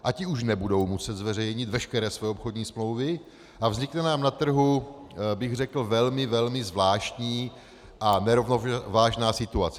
A ty už nebudou muset zveřejnit veškeré své obchodní smlouvy a vznikne nám na trhu, bych řekl, velmi, velmi zvláštní a nerovnovážná situace.